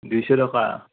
দুইশ টকা